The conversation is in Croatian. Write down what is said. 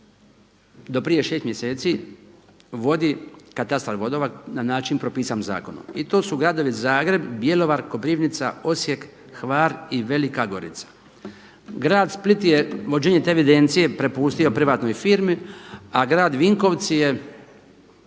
do prije 6 mjeseci vodi katastar vodova na način propisan zakonom. I to su gradovi Zagreb, Bjelovar, Koprivnica, Osijek, Hvar i Velika Gorica. Grad Split je, vođenje te evidencije prepustio privatnoj firmi, a grad Vinkovci je,